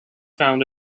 found